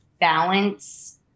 balance